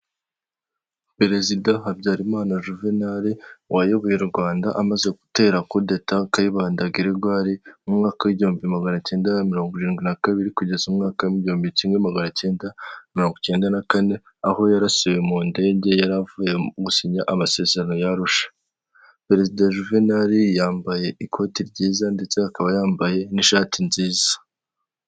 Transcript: Perezida HABYARIMANA Juvenal wayoboye u Rwanda, amaze gutera kudeta KAYIBANDA Gregoire mu mwaka ibihumbi magana cyenda na mirongo irindwi na kabiri kugeza umwaka w'igihumbi kimwe magana cyenda mirongo cyenda na kane, aho yarasiwe mu ndege yari avuye gusinya amasezerano y'arusha. Perezida Juvenal yambaye ikoti ryiza ndetse akaba yambaye n'ishati nziza.